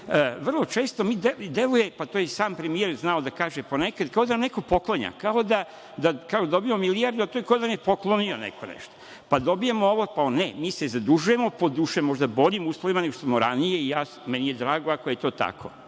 vrlo često mi deluje, pa to je i sam premijer znao da kaže ponekad, kao da nam neko poklanja, kao da dobijemo milijardu, a to kao da nam je poklonio neko nešto. Pa dobijamo ovo, pa ono. Ne, mi se zadužujemo, po doduše možda boljim uslovima nego što smo ranije. Meni je drago ako je to tako.